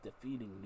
defeating